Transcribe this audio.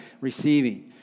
receiving